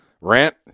rant